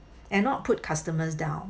and not put customers down